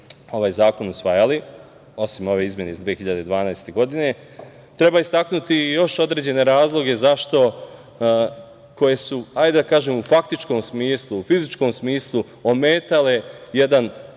ovaj zakon usvajali, osim ove izmene iz 2012. godine, treba istaknuti još određene razloge koji su u faktičkom smislu, u fizičkom smislu ometale jedan